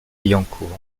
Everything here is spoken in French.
billancourt